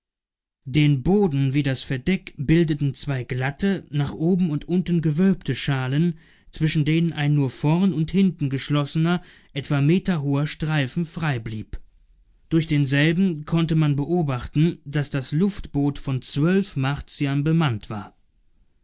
den boden wie das verdeck bildeten zwei glatte nach oben und unten gewölbte schalen zwischen denen ein nur vorn und hinten geschlossener etwa meterhoher streifen freiblieb durch denselben konnte man beobachten daß das luftboot von zwölf martiern bemannt war